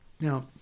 Now